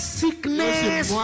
sickness